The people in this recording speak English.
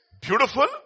beautiful